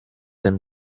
dem